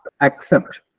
accept